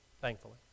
thankfully